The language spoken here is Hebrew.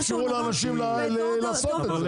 הוא יידון גם עוד 100 שנים אם לא תתנו לאנשים לעשות את זה.